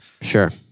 Sure